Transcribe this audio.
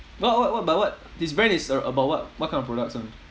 what what what but what his brand is a~ about what what kind of products [one]